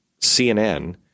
CNN